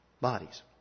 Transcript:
bodies